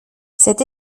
cette